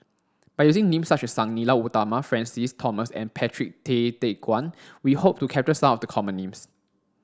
by using names such as Sang Nila Utama Francis Thomas and Patrick Tay Teck Guan we hope to capture some of the common names